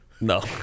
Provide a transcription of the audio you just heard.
No